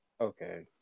Okay